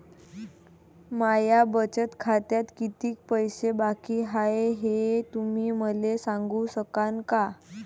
माया बचत खात्यात कितीक पैसे बाकी हाय, हे तुम्ही मले सांगू सकानं का?